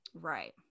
Right